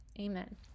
Amen